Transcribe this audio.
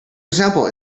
example